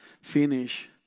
finish